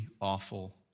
awful